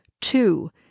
Two